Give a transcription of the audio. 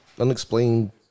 unexplained